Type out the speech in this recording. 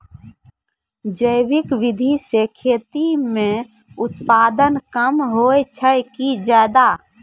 जैविक विधि से खेती म उत्पादन कम होय छै कि ज्यादा?